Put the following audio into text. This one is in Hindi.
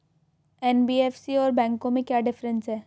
एन.बी.एफ.सी और बैंकों में क्या डिफरेंस है?